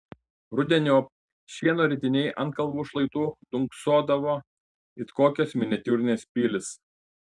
rudeniop šieno ritiniai ant kalvų šlaitų dunksodavo it kokios miniatiūrinės pilys